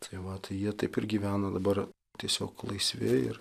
tai va tai jie taip ir gyvena dabar tiesiog laisvi ir